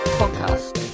podcast